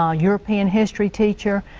ah european history teacher,